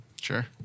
Sure